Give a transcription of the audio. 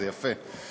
זה יפה.